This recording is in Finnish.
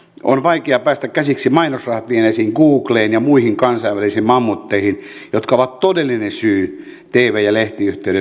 on vaikea päästä käsiksi mainosrahat vieneeseen googleen ja muihin kansainvälisiin mammutteihin jotka ovat todellinen syy tv ja lehtiyhtiöiden ahdinkoon